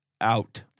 out